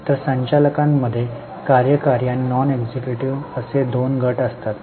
तर संचालकांमध्ये कार्यकारी आणि नॉन एक्झिक्युटिव्ह असे दोन गट असतात